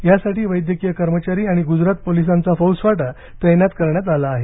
यासाठी वैदयकीय कर्मचारी आणि गुजरात पोलीसांचा फौजफाटा तैनात करण्यात आला आहे